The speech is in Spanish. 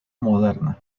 moderna